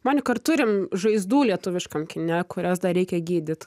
monika ar turim žaizdų lietuviškam kine kurias dar reikia gydyt